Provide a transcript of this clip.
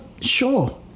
Sure